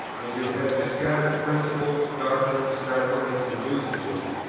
and you have discarded principles, doctrines, sacraments, and usages,